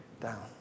down